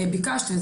ביקשתי,